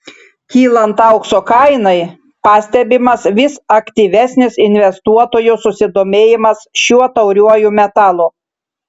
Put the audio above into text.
kylant aukso kainai pastebimas vis aktyvesnis investuotojų susidomėjimas šiuo tauriuoju metalu